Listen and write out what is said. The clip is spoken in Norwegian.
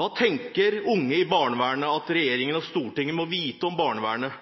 Hva tenker unge i barnevernet at regjeringen og Stortinget må vite om barnevernet?